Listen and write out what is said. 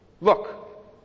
Look